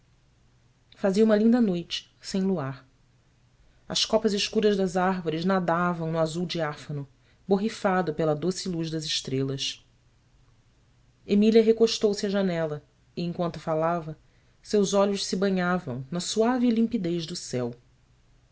fazia uma linda noite sem luar as copas escuras das árvores nadavam no azul diáfano borrifado pela doce luz das estrelas emília recostou-se à janela e enquanto falava seus olhos se banhavam na suave limpidez do céu